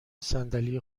صندلی